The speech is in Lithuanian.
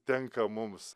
tenka mums